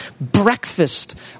breakfast